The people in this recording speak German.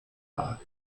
war